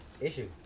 Issue